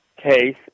case